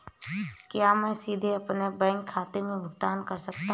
क्या मैं सीधे अपने बैंक खाते से भुगतान कर सकता हूं?